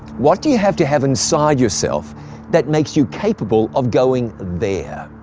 what do you have to have inside yourself that makes you capable of going there?